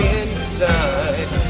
inside